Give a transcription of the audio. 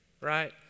right